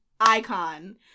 icon